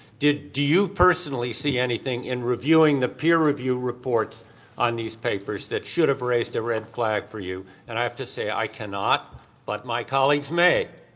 do do you personally see anything in reviewing the peer review reports on these papers that should have raised a red flag for you? and i have to say i cannot but my colleagues may.